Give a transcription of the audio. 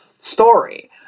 story